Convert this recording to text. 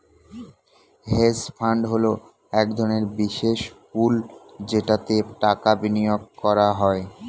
hedge fund হলো এক ধরনের বিশেষ পুল যেটাতে টাকা বিনিয়োগ করা হয়